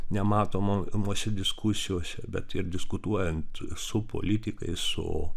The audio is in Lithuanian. nematomose diskusijose bet ir diskutuojant su politikais su